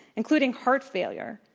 including heart failure,